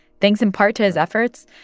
thanks in part to his efforts,